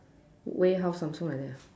way how Samsung like that ah